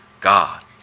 God